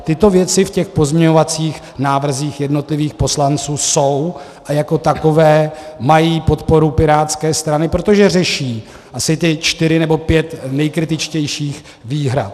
Tyto věci v pozměňovacích návrzích jednotlivých poslanců jsou a jako takové mají podporu pirátské strany, protože řeší asi ty čtyři nebo pět nejkritičtějších výhrad.